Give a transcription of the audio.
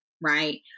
Right